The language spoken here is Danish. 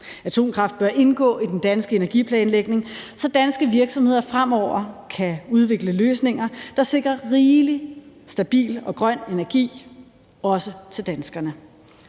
Atomkraft bør indgå i den danske energiplanlægning, så danske virksomheder fremover kan udvikle løsninger, der sikrer rigelig, stabil og grøn energi også til danskerne.